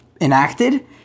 enacted